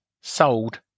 sold